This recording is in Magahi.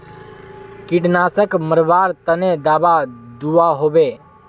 कीटनाशक मरवार तने दाबा दुआहोबे?